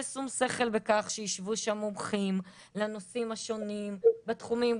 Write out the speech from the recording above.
יעשו שכל בכך שישבו שם מומחים לנושאים השונים בתחומים,